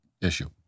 issue